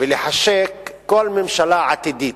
ולחשק כל ממשלה עתידית.